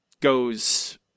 goes